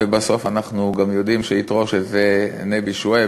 ובסוף, אנחנו גם יודעים שיתרו, שזה נבי שועייב,